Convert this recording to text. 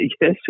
yes